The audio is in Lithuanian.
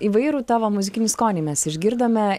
įvairų tavo muzikinį skonį mes išgirdome